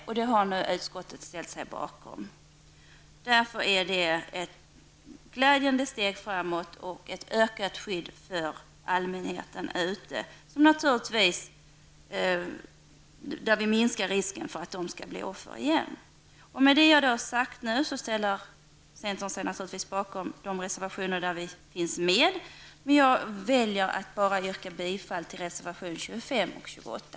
Nu har utskottet ställt sig bakom det kravet. Därför är det ett glädjande steg framåt och innebär ett ökat skydd för allmänheten. Naturligtvis minskar också risken för offren också. Centern ställer sig naturligtvis bakom de reservationer där vi finns med, men jag väljer att bara yrka bifall till reservationerna 25 och 28.